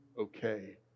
okay